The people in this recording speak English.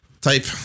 type